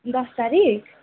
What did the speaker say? दस तारिक